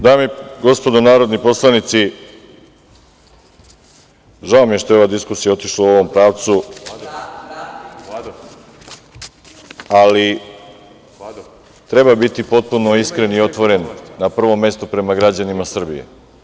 Dame i gospodo narodni poslanici, žao mi je što je ova diskusija otišla u ovom pravcu, ali treba biti potpuno iskren i otvoren, na prvom mestu prema građanima Srbije.